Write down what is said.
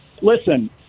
Listen